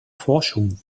forschung